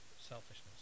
selfishness